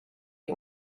you